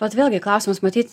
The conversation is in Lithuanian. vat vėlgi klausimas matyt